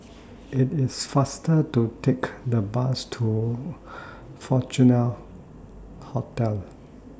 IT IS faster to Take The Bus to Fortuna Hotel